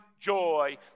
joy